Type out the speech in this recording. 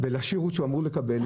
ולשירות שהוא אמור לקבל.